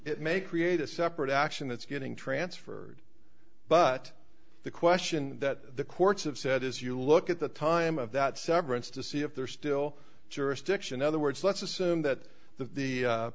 it may create a separate action that's getting transferred but the question that the courts have said is you look at the time of that severance to see if there still jurisdiction other words let's assume that the